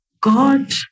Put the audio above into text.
God